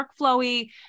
Workflowy